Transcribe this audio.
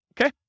okay